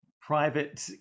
private